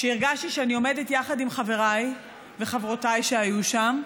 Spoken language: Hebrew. כשהרגשתי שאני עומדת יחד עם חבריי וחברותיי שהיו שם,